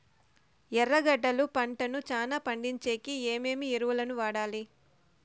ఎర్రగడ్డలు పంటను చానా పండించేకి ఏమేమి ఎరువులని వాడాలి?